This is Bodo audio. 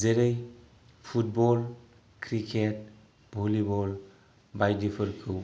जेरै फुटबल क्रिकेट भलिबल बायदिफोरखौ